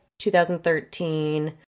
2013